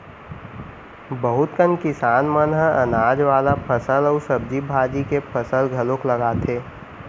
बहुत कन किसान मन ह अनाज वाला फसल अउ सब्जी भाजी के फसल घलोक लगाथे